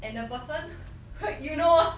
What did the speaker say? and the person you know